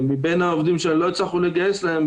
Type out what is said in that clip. ומבין העובדים שלא הצלחנו לגייס להם,